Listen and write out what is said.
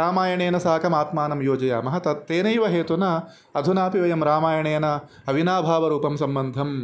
रामायणेन साकम् आत्मानं योजयामः तत् तेनैव हेतुना अधुनापि वयं रामायणेन अविनाभावरूपं सम्बन्धं